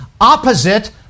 opposite